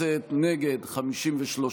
הצביעו 62 חברי כנסת, נגד, 53,